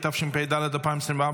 התשפ"ד 2024,